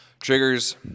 triggers